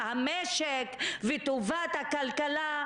המשק וטובת הכלכלה,